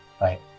right